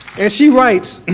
and she writes, and